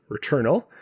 returnal